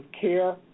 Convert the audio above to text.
care